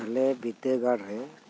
ᱟᱞᱮ ᱵᱤᱨᱫᱟᱹᱜᱟᱲ ᱨᱮ